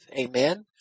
Amen